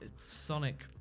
Sonic